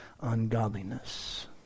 ungodliness